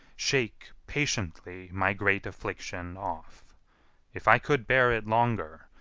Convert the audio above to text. shake patiently my great affliction off if i could bear it longer,